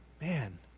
Man